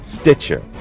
stitcher